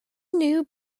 new